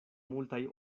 multaj